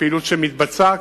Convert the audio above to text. ופעילות מתבצעת